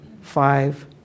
five